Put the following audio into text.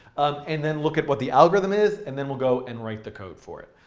um and then look at what the algorithm is, and then we'll go and write the code for it.